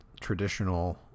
traditional